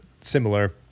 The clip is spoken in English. similar